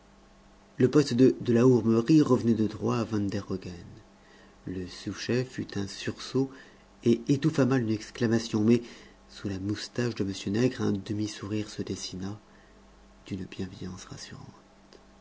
le poste de de la hourmerie revenait de droit à van der hogen le sous-chef eut un sursaut et étouffa mal une exclamation mais sous la moustache de m nègre un demi-sourire se dessina d'une bienveillance rassurante